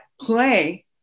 play